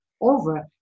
over